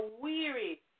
weary